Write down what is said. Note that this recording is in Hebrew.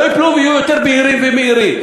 לא ייפלו ויהיו יותר בהירים ומאירים.